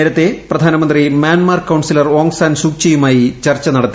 നേരത്തേ പ്രധാനമന്ത്രി Myanmar counsellor Aung San സൂക്ചിയുമായി ചർച്ച നടിത്തി